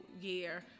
year